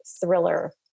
thriller